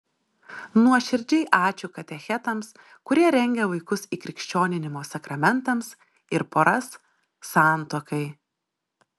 nuoširdžiai ačiū katechetams kurie rengia vaikus įkrikščioninimo sakramentams ir poras santuokai